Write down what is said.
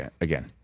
again